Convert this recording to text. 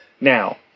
Now